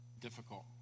difficult